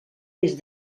més